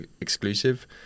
exclusive